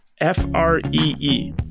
F-R-E-E